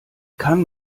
kann